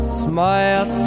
smile